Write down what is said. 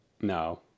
No